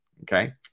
Okay